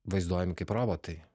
vaizduojami kaip robotai